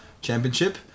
Championship